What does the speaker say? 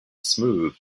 smooth